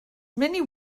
many